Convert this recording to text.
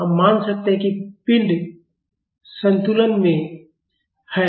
हम मान सकते हैं कि पिंड संतुलन में है